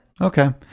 Okay